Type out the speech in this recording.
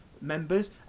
members